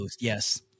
Yes